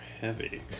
heavy